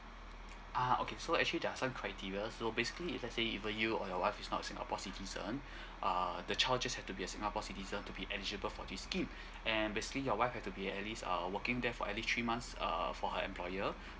ah okay so actually there're some criteria so basically if let's say even you or your wife is not a singapore citizen uh the child just have to be singapore citizen to be eligible for this scheme and basically your wife have to be uh at least uh working there for at least three months uh for her employer